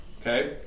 Okay